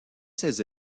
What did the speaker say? ses